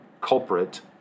culprit